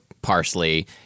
Parsley